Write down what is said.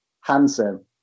handsome